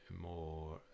more